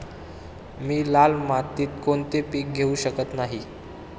मी लाल मातीत कोणते पीक घेवू शकत नाही?